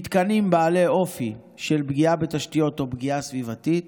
מתקנים בעלי אופי של פגיעה בתשתיות או פגיעה סביבתית,